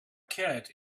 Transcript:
cat